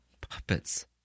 puppets